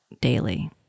daily